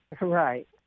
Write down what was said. Right